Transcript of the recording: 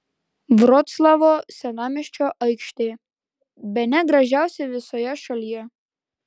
vroclavo senamiesčio aikštė bene gražiausia visoje šalyje